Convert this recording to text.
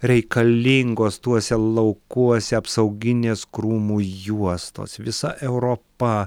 reikalingos tuose laukuose apsauginės krūmų juostos visa europa